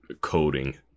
coding